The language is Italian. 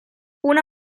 una